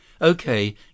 Okay